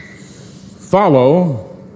Follow